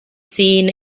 seen